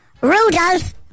Rudolph